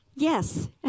Yes